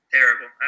Terrible